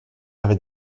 avait